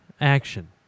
action